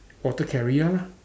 water carrier lah